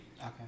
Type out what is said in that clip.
Okay